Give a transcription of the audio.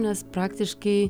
nes praktiškai